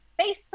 Facebook